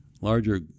larger